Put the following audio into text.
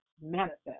manifest